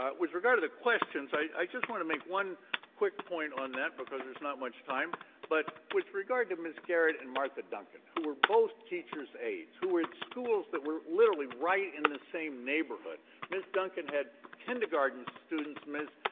ah with regard to the questions, i i just want to make one quick point on that because there's not much time but with regard to ms. garrett and martha duncan, who were both teachers aides, who were at schools that were literally right in the same neighborhood ms. duncan had kindergarten students ms.